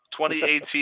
2018